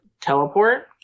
teleport